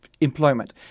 Employment